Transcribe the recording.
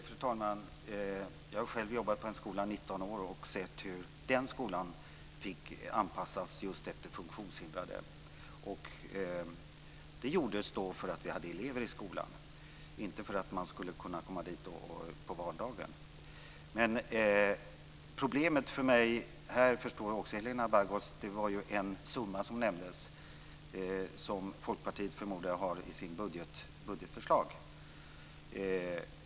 Fru talman! Jag har själv jobbat på en skola i 19 år och sett hur den skolan fick anpassas efter funktionshindrade. Det gjordes därför att vi hade sådana elever i skolan, inte därför att man skulle kunna komma dit på valdagen. Problemet för mig är ju, som Helena Bargholtz förstår, den summa som nämndes och som Folkpartiet, förmodar jag, har i sitt budgetförslag.